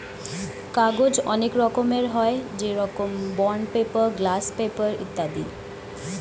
কাগজ অনেক রকমের হয়, যেরকম বন্ড পেপার, গ্লাস পেপার ইত্যাদি